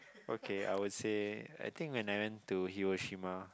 okay I would say I think when I went to Hiroshima